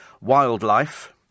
wildlife